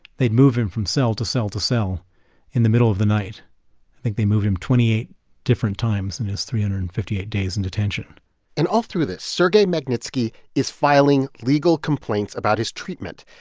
they'd move him from cell to cell to cell in the middle of the night. i think they moved him twenty eight different times in his three hundred and fifty eight days in detention and all through that, sergei magnitsky is filing legal complaints about his treatment.